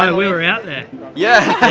um we were out there yeah,